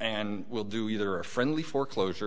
and will do either a friendly foreclosure